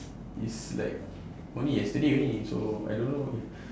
is like only yesterday only so I don't know